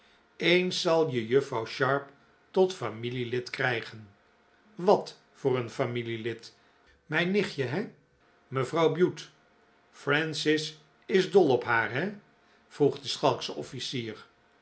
eens zal je juffrouw sharp tot familielid krijgen wat voor een familielid mijn nichtje he mevrouw bute francis is dol op haar he vroeg de